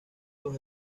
dos